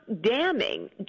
damning